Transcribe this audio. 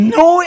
no